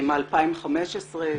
מ-2015,